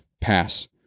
pass